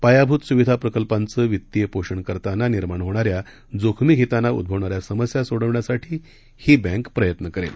पायाभूत सुविधा प्रकल्पांचं वित्तीय पोषण करताना निर्माण होणाऱ्या जोखमी घेताना उद्भवणाऱ्या समस्या सोडवण्यासाठी ही बँक प्रयत्न करेल